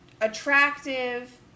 attractive